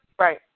Right